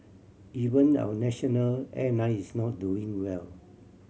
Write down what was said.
even our national airline is not doing well